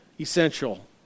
essential